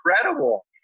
incredible